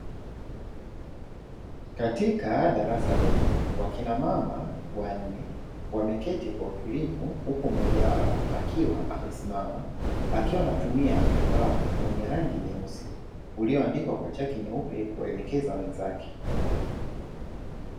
Katika darasa dogo wakina mama wanne, wameketi kwa utulivu huku mmoja wao akiwa amesimama, akiwa anatumia ubao wenye rangi nyeusi, ulioandikwa kwa chaki nyeupe kuelekeza wenzake.